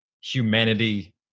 humanity